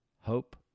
hope